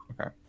Okay